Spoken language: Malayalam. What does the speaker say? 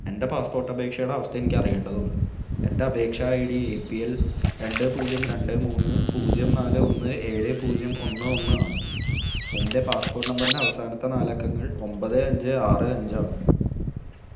എൻ്റെ പാസ്പോർട്ട് അപേക്ഷയുടെ അവസ്ഥ എനിക്ക് അറിയേണ്ടതുണ്ട് എൻ്റെ അപേക്ഷ I D A P L രണ്ട് പൂജ്യം രണ്ട് മൂന്ന് പൂജ്യം നാല് ഒന്ന് ഏഴ് പൂജ്യം ഒന്ന് ഒന്ന് ആണ് എൻ്റെ പാസ്പോർട്ട് നമ്പറിൻ്റെ അവസാനത്ത നാല് അക്കങ്ങൾ ഒമ്പത് അഞ്ച് ആറ് അഞ്ചാണ്